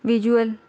visual